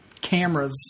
cameras